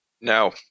Now